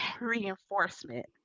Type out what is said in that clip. reinforcement